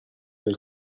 del